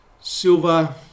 Silver